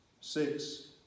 six